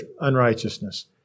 unrighteousness